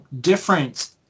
difference